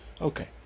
Okay